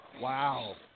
Wow